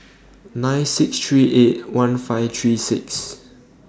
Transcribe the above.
nine six three eight one five three six